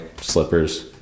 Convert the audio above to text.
slippers